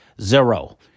zero